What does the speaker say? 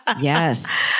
Yes